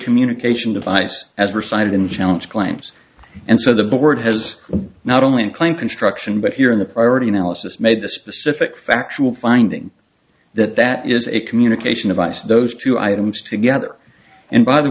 communication device as were cited in the challenge claims and so the board has not only in claim construction but here in the priority analysis made the specific factual finding that that is a communication device those two items together and by the